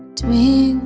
three